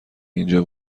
اینجا